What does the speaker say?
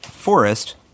Forest